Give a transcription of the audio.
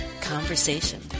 conversation